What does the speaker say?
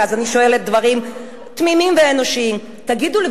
אני שואלת דברים תמימים ואנושיים: תגידו לי,